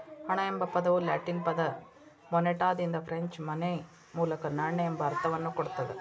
ಹಣ ಎಂಬ ಪದವು ಲ್ಯಾಟಿನ್ ಪದ ಮೊನೆಟಾದಿಂದ ಫ್ರೆಂಚ್ ಮೊನೈ ಮೂಲಕ ನಾಣ್ಯ ಎಂಬ ಅರ್ಥವನ್ನ ಕೊಡ್ತದ